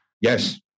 Yes